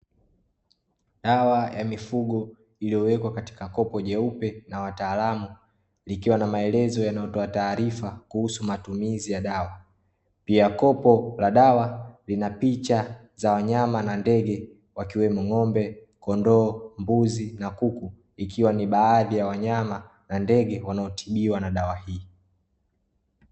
Dawa ya mifugo iliyowekwa katika kopo jeupe na wataalamu, likiwa na maelezo yanayotoa taarifa kuhusu matumizi ya dawa. Pia, kopo la dawa lina picha za wanyama na ndege, wakiwemo ng’ombe, kondoo, mbuzi na kuku, ikiwa ni baadhi ya wanyama na ndege wanaotibiwa na dawa hii.